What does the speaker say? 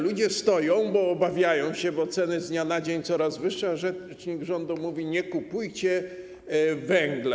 Ludzie stoją, bo się obawiają, bo ceny z dnia na dzień coraz wyższe, a rzecznik rządu mówi: nie kupujcie węgla.